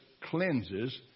cleanses